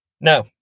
No